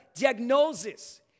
diagnosis